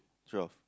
twelve